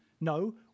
No